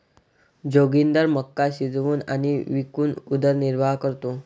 जोगिंदर मका शिजवून आणि विकून उदरनिर्वाह करतो